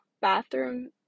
bathroom